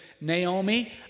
Naomi